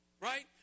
right